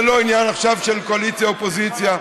זה לא עניין עכשיו של קואליציה אופוזיציה,